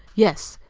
yes,